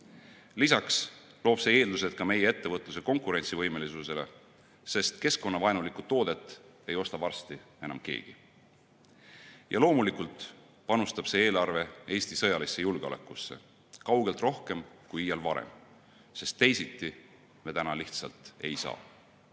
Lisaks loob see eeldused meie ettevõtluse konkurentsivõimelisuseks, sest keskkonnavaenulikku toodet ei osta varsti enam keegi. Ja loomulikult panustab see eelarve Eesti sõjalisse julgeolekusse kaugelt rohkem kui iial varem, sest teisiti me täna lihtsalt ei